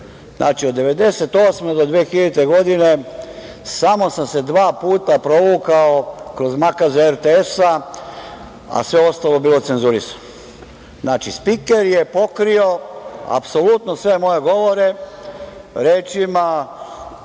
od 1998. d 2000. godine samo sam se dva puta provukao kroz makaze RTS-a, a sve ostalo je bilo cenzurisano. Spiker je pokrio apsolutno sve moje govore rečima